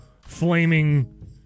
flaming